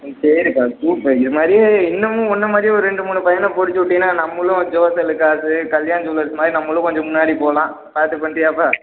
ம் சரிப்பா சூப்பர் இது மாதிரியே இன்னமும் உன்னை மாதிரியே ஒரு ரெண்டு மூணு பையனை பிடிச்சு விட்டீன்னா நம்மளும் ஜோஸ் ஆலுகாஸு கல்யாண் ஜூல்லர்ஸ் மாதிரி நம்மளும் கொஞ்சம் முன்னாடி போகலாம் பார்த்து பண்ணிறியாப்பா